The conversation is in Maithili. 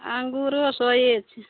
अङ्गूरो सए छै